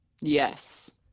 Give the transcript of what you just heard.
Yes